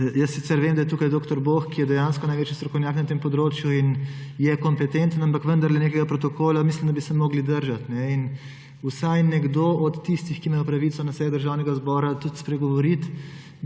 Sicer vem, da je tukaj dr. Boh, ki je dejansko največji strokovnjak na tem področju in je kompetenten, ampak vendarle nekega protokola mislim, da bi se mogli držati in vsaj nekdo od tistih, ki imajo pravico na sejah Državnega zbora tudi spregovoriti,